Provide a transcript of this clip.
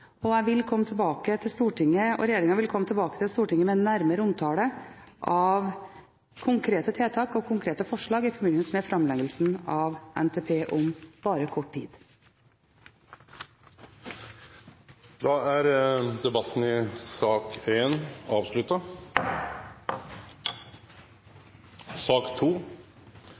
vil komme tilbake til Stortinget med nærmere omtale av konkrete tiltak og konkrete forslag i forbindelse med framleggelsen av NTP om bare kort tid. Då er debatten i sak nr. 1 avslutta.